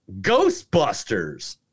Ghostbusters